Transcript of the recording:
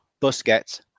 Busquets